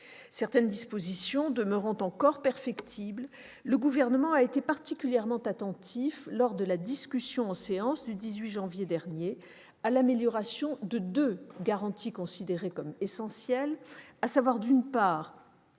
Certaines dispositions demeurant encore perfectibles, le Gouvernement a été particulièrement attentif, lors de la discussion en séance du 18 janvier dernier, à l'amélioration de deux garanties considérées comme essentielles : d'une part,